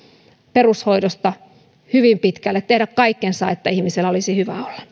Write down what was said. perushoidossa hyvin pitkälle tehdä kaikkensa että ihmisellä olisi hyvä olla